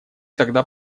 тогда